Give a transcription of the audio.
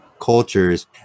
cultures